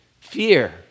fear